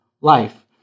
life